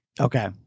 Okay